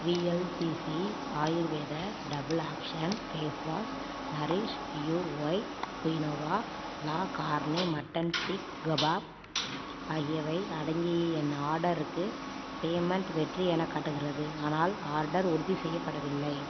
VLCC Ayurveda double action face wash nourish you white quinoa la carne mutton seekh kebab ஆகியவை அடங்கிய என் ஆர்டருக்கு payment வெற்றி எனக் காட்டுகிறது ஆனால் ஆர்டர் உறுதி செய்யப்படவில்லை